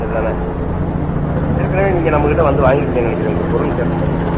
சரிதான ஏற்கனவே நீங்கள் நம்பகிட்ட வந்து வாங்கியிருக்கீங்கன்னு நெனைக்கிறேன் உங்கள் குரல் கேட்டமாதிரி இருக்குது